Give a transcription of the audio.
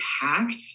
packed